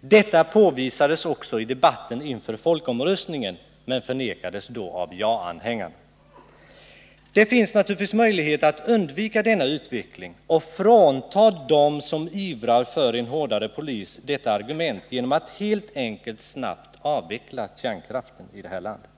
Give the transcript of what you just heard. Detta påvisades också i debatten inför folkomröstningen, men det förnekades då av ja-anhängarna. Det finns naturligtvis möjlighet att undvika denna utveckling och frånta dem som ivrar för en hårdare polis detta argument genom att helt enkelt snabbt avveckla kärnkraften i det här landet.